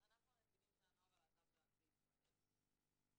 אנחנו נציגים של הנוער הלהט"ב בישראל,